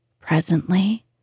presently